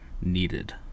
needed